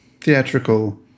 theatrical